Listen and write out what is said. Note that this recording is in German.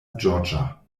georgia